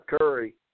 Curry